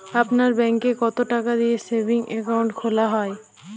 আপনার ব্যাংকে কতো টাকা দিয়ে সেভিংস অ্যাকাউন্ট খোলা হয়?